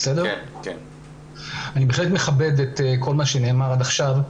אני בהחלט מכבד את כל מה שנאמר עד עכשיו,